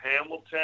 Hamilton